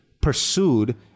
pursued